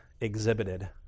exhibited